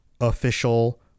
Official